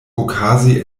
okazi